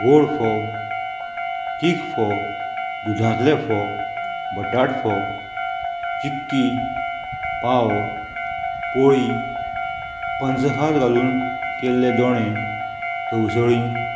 गोड फोव चीक फोव दुदांतले फोव बटाट फोव चक्की पाव पोळी पंचखाज घालून केल्ले दोणे तवसळी